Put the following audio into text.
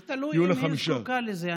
זה תלוי אם היא זקוקה לזה.